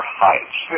heights